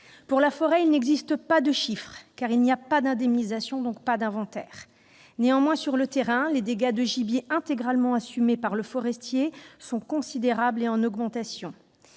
la forêt, il n'existe pas de chiffres, car, puisqu'il n'y a pas d'indemnisation, il n'y a pas d'inventaire. Néanmoins, sur le terrain, les dégâts de gibier intégralement assumés par les forestiers sont considérables et augmentent.